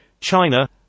China